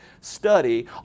study